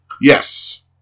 Yes